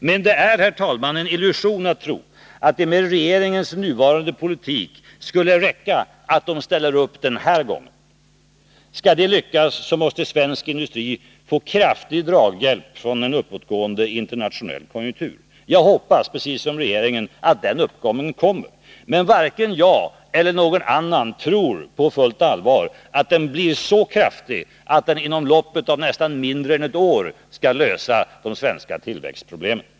Men det är, herr talman, en illusion att tro att det med regeringens nuvarande politik skulle räcka att de ställer upp den här gången. Skall det lyckas måste svensk industri få kraftig draghjälp från en uppåtgående internationell konjunktur. Jag hoppas, precis som regeringen, att den uppgången kommer. Men varken jag eller någon annan tror på fullt allvar att den blir så kraftig att den inom loppet av nästan mindre än ett år kan lösa de svenska tillväxtproblemen.